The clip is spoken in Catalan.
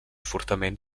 fortament